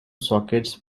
sockets